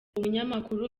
umunyamakuru